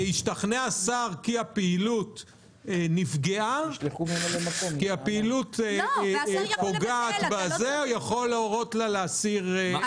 אם השתכנע השר כי הפעילות פוגעת בשירות הוא יכול להורות להסיר את